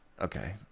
Okay